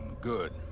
Good